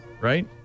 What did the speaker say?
right